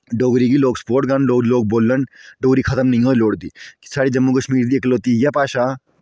डोगरी गी लोक सपोर्ट करन डोगरी लोग बोलन डोगरी खत्म निं होई लोड़दी साढ़े जम्मू कश्मीर दी इकलौती इ'यै भाशा